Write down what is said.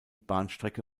bahnstrecke